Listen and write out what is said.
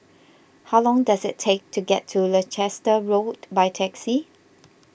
how long does it take to get to Leicester Road by taxi